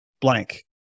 blank